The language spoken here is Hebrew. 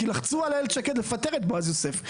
כי לחצו על איילת שקד לפטר את בועז יוסף.